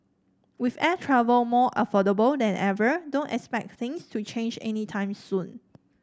with air travel more affordable than ever don't expect things to change any time soon